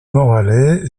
moralay